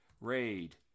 Raid